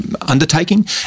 undertaking